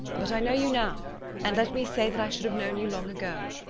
but i know you now and let me say that i should have known you long ago.